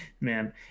man